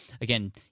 again